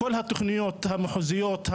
כל התוכניות המחוזיות,